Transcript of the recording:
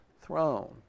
throne